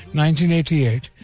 1988